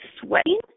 sweating